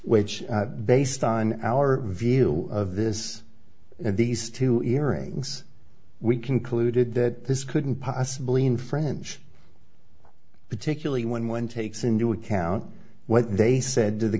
which based on our view of this and these two earrings we concluded that this couldn't possibly in french particularly when one takes into account what they said t